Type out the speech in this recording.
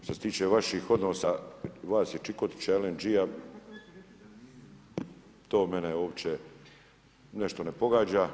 Što se tiče vaših odnosa vas i Čikotića, LNG-a to mene uopće nešto ne pogađa.